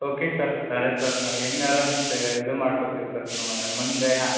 okay sir ಸರಿ sir ನಾವು ಇನ್ನಾರೂ ಮಿಸ್ಟೇ ಇದು ಮಾಡ್ಕೊತೀವಿ ಸರ್ ನು ಮುಂದೆ ಹಾಂ